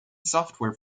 software